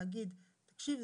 להגיד 'תקשיב,